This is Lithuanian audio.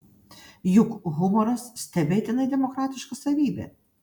juk humoras stebėtinai demokratiška savybė